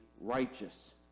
righteous